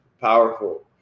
Powerful